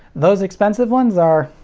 those expensive ones are,